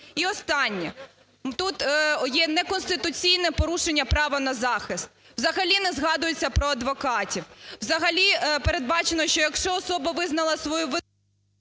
І останнє. Тут є неконституційне порушення права на захист. Взагалі не згадується про адвокатів. Взагалі передбачено, що якщо особа визнала свою…